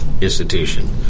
institution